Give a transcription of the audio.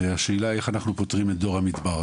השאלה היא איך אנחנו פותרים את ״דור המדבר״,